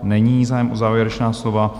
Není zájem o závěrečná slova.